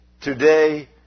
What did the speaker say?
today